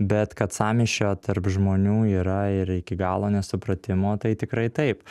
bet kad sąmyšio tarp žmonių yra ir iki galo nesupratimo tai tikrai taip